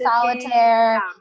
Solitaire